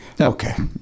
Okay